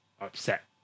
upset